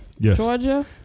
georgia